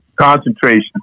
concentration